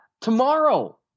tomorrow